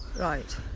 right